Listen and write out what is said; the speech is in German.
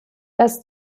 das